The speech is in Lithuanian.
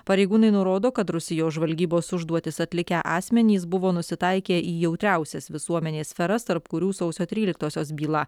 pareigūnai nurodo kad rusijos žvalgybos užduotis atlikę asmenys buvo nusitaikę į jautriausias visuomenės sferas tarp kurių sausio tryliktosios byla